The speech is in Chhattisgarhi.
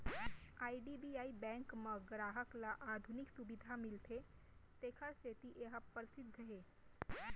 आई.डी.बी.आई बेंक म गराहक ल आधुनिक सुबिधा मिलथे तेखर सेती ए ह परसिद्ध हे